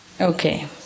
Okay